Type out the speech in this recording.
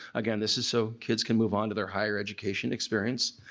again this is so kids can move on to their higher education experience.